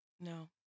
No